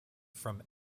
from